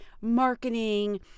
marketing